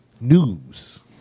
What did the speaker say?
news